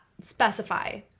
specify